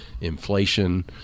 inflation